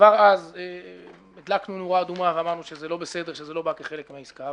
כבר אז הדלקנו נורה אדומה ואמרנו שזה לא בסדר שזה לא בא כחלק מהעסקה.